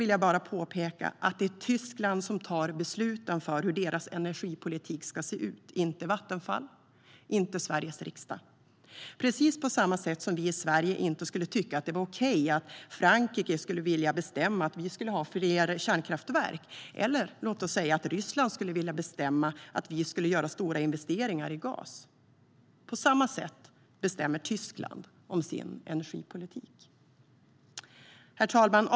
Låt mig påpeka att det är Tyskland som tar beslut om sin energipolitik, inte Vattenfall och inte Sveriges riksdag. Vi i Sverige skulle inte tycka att det var okej att Frankrike bestämde att vi skulle ha fler kärnkraftverk eller att Ryssland bestämde att vi skulle göra stora investeringar i gas. På samma sätt måste Tyskland få bestämma om sin energipolitik. Herr talman!